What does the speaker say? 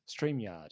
StreamYard